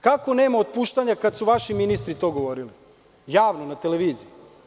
Kako nema otpuštanja kada su to vaši ministri govorili, javno na televiziji.